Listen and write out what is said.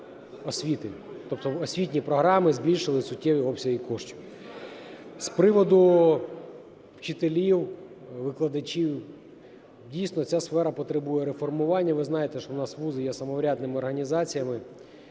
освіти, тобто в освітні програми збільшили суттєво обсяги коштів. З приводу вчителів, викладачів. Дійсно, ця сфера потребує реформування. Ви знаєте, що у нас вузи є самоврядними організаціями.